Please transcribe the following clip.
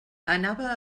anava